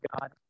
God